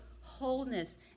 wholeness